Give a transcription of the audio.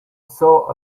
saw